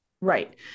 Right